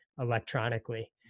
electronically